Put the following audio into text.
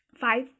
five